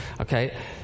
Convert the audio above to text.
Okay